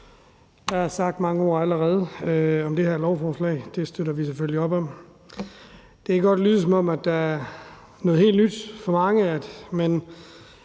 Der er sagt mange ord allerede om det her lovforslag, som vi selvfølgelig støtter op om. Det kan godt lyde som noget helt nyt for mange,